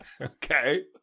Okay